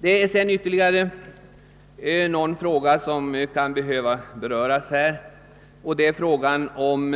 Det finns ytterligare någon punkt som här kan behöva beröras, nämligen frågan om